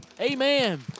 Amen